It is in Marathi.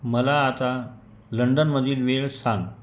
मला आता लंडनमधील वेळ सांग